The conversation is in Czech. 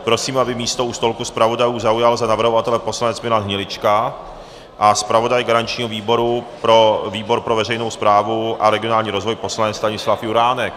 Prosím, aby místo u stolku zpravodajů zaujal za navrhovatele poslanec Milan Hnilička a zpravodaj garančního výboru pro veřejnou správu a regionální rozvoj poslanec Stanislav Juránek.